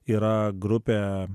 yra grupė